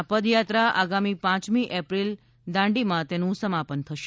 આ પદયાત્રા આગામી પાંચમી એપ્રિલ દાંડીમાં તેનું સમાપન થશે